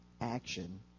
action